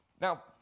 Now